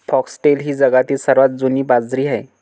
foxtail ही जगातील सर्वात जुनी बाजरी आहे